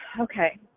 Okay